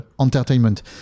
entertainment